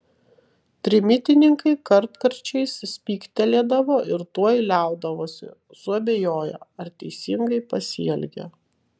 trimitininkai kartkarčiais spygtelėdavo ir tuoj liaudavosi suabejoję ar teisingai pasielgė